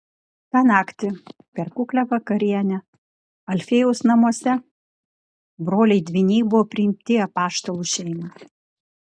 tą naktį per kuklią vakarienę alfiejaus namuose broliai dvyniai buvo priimti į apaštalų šeimą